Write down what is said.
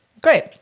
Great